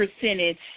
percentage